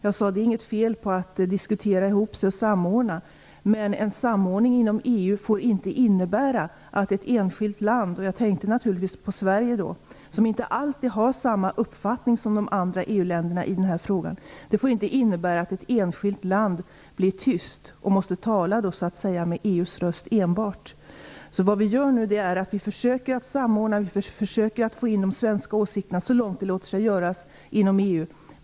Jag sade att det inte var något fel i att diskutera och samordna, men att en samordning inom EU inte får innebära att ett enskilt land - jag tänkte naturligtvis på Sverige som inte alltid har samma uppfattning som de andra EU länderna i denna fråga - blir tyst och måste tala med enbart EU:s röst. Vad vi nu gör är att försöka samordna och få in de svenska åsikterna så långt det låter sig göras inom EU.